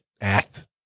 act